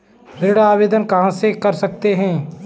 ऋण आवेदन कहां से कर सकते हैं?